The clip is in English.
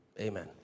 Amen